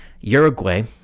Uruguay